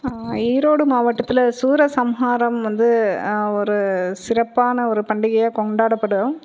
ஈரோடு மாவட்டத்தில் சூரசம்ஹாரம் வந்து ஒரு சிறப்பான ஒரு பண்டிகையாக கொண்டாடப்படும்